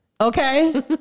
Okay